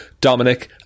Dominic